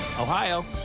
Ohio